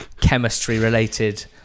chemistry-related